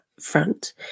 front